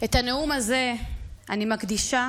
את הנאום הזה אני מקדישה